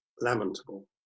lamentable